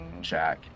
Jack